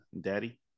Daddy